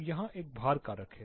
तो यहाँ एक भार कारक है